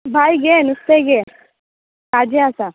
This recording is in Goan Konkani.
बाय घे नुस्तें घे ताज्जें आसा